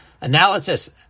Analysis